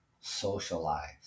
socialize